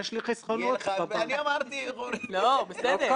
אבל בראש המערכות עומדים אנשים וכאשר